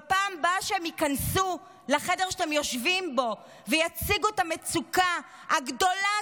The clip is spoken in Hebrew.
בפעם הבאה שהם ייכנסו לחדר שאתם יושבים בו ויציגו את המצוקה הגדולה,